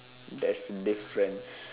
there's difference